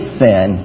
sin